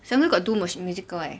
sung-kyu got do machi~ musical leh